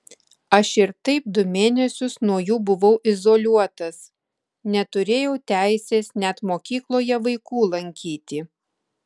aš ir taip du mėnesius nuo jų buvau izoliuotas neturėjau teisės net mokykloje vaikų lankyti